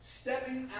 stepping